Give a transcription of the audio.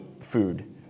food